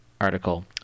article